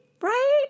right